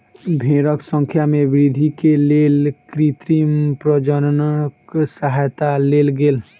भेड़क संख्या में वृद्धि के लेल कृत्रिम प्रजननक सहयता लेल गेल